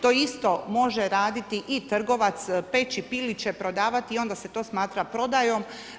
To isto može raditi i trgovac, peći piliće, prodavati i onda se to smatra prodajom.